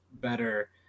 better